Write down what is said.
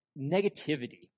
negativity